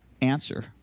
answer